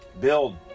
Build